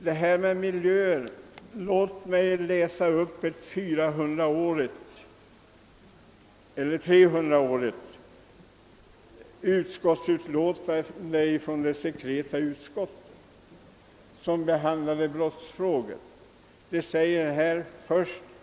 Med anledning av talet om miljö ber jag att få läsa upp ett trehundraårigt utlåtande av det sekreta utskottet beträffande brottsfrågor. Det står bl a.